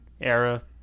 era